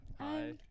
Hi